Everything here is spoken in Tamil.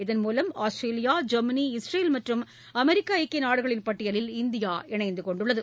இதன்மூலம் ஆஸ்திரேலியா ஜெர்மனி இஸ்ரேல் மற்றும் அமெரிக்க ஐக்கிய நாடுகளின் பட்டியலில் இந்தியா இணைந்துள்ளது